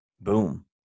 boom